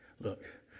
Look